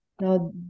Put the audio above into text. Now